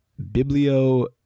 Biblio